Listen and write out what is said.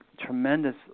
tremendous